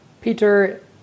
Peter